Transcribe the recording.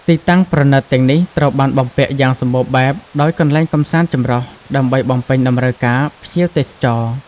ទីតាំងប្រណីតទាំងនេះត្រូវបានបំពាក់យ៉ាងសម្បូរបែបដោយ កន្លែងកម្សាន្តចម្រុះ ដើម្បីបំពេញតម្រូវការភ្ញៀវទេសចរ។